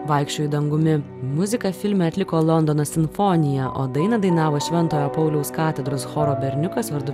vaikščioju dangumi muziką filme atliko londono simfonija o dainą dainavo šventojo pauliaus katedros choro berniukas vardu